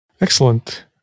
Excellent